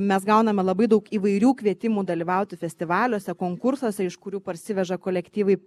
mes gauname labai daug įvairių kvietimų dalyvauti festivaliuose konkursuose iš kurių parsiveža kolektyvai